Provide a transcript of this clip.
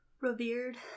Revered